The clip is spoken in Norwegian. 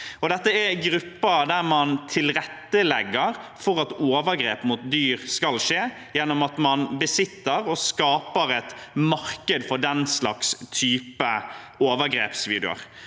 Dette er grupper der man tilrettelegger for at overgrep mot dyr skal skje, gjennom at man besitter og skaper et marked for den slags type overgrepsvideoer.